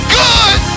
good